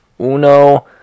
uno